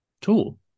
tool